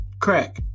Crack